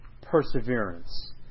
perseverance